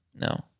No